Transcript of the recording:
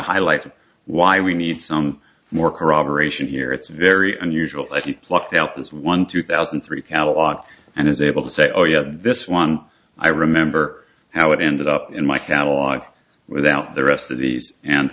highlight why we need some more corroboration here it's very unusual if you plucked out this one two thousand and three catalog and is able to say oh yeah this one i remember how it ended up in my catalog without the rest of these and